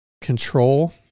control